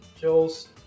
Jules